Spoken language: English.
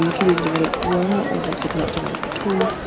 um could either develop wrong or they could not develop at all.